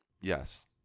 Yes